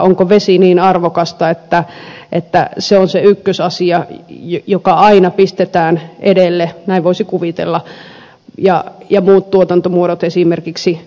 onko vesi niin arvokasta että se on se ykkösasia joka aina pistetään edelle näin voisi kuvitella ja muut tuotantomuodot esimerkiksi väistäisivät